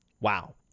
Wow